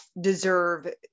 deserve